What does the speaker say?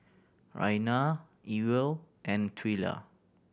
Raina Ewell and Twila